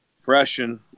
depression